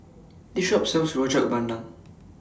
This Shop sells Rojak Bandung